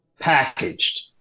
packaged